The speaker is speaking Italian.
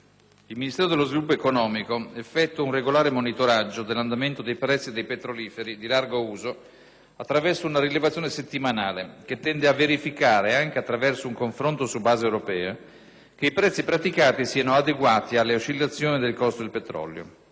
il Ministero dello sviluppo economico effettua un regolare monitoraggio dell'andamento dei prezzi dei petroliferi di largo uso attraverso una rilevazione settimanale che tende a verificare, anche attraverso un confronto su base europea, che i prezzi praticati siano adeguati alle oscillazioni del costo del petrolio.